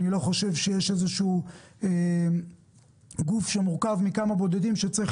אני לא חושב שיש איזשהו גוף שמורכב מכמה בודדים שצריך